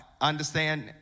understand